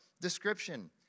Description